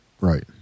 Right